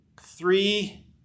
three